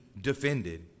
defended